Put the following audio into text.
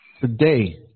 today